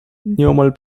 nieomal